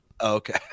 Okay